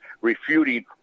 refuting